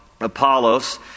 Apollos